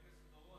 חבר הכנסת אורון,